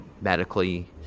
medically